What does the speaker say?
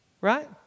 Right